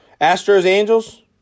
Astros-Angels